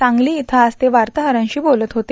सांगली इथं आज ते वार्ताहरांशी बोलत होते